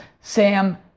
Sam